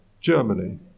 Germany